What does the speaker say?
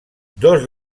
dos